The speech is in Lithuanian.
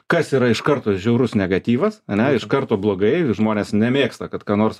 kas yra iš karto žiaurus negatyvas ane iš karto blogai žmonės nemėgsta kad ką nors